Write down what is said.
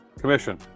Commission